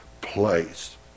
place